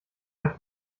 hat